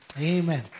Amen